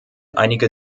einige